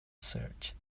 search